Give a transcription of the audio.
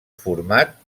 format